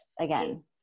again